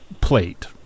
Plate